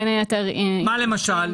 מה למשל?